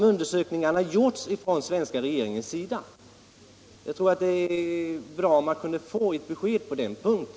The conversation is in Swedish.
Det vore bra om vi kunde få ett besked på den punkten.